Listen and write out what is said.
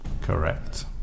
Correct